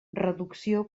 reducció